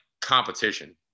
competition